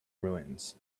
ruins